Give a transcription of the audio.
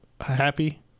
happy